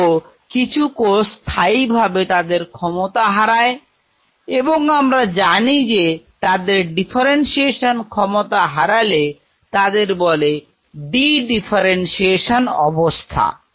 তবুও কিছু কোষ স্থায়ীভাবে তাদের ক্ষমতা হারায় এবং আমরা জানি যে তাদের ডিফারেন্সিয়েশন ক্ষমতা হারালে তাদের বলে ডি ডিফারেন্সিয়েশন অবস্থা